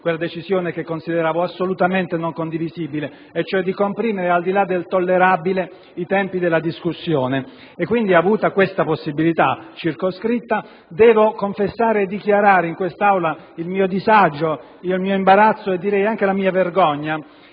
quella decisione che consideravo assolutamente non condivisibile, e cioè di comprimere al di là del tollerabile i tempi della discussione. Avuta quindi questa possibilità circoscritta, devo confessare e dichiarare in quest'Aula il mio disagio, il mio imbarazzo e direi anche la mia vergogna